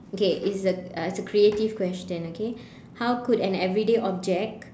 okay it's a uh it's a creative question okay how could an everyday object